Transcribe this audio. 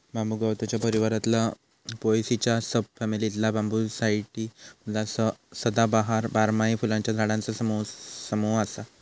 बांबू गवताच्या परिवारातला पोएसीच्या सब फॅमिलीतला बांबूसाईडी मधला सदाबहार, बारमाही फुलांच्या झाडांचा समूह असा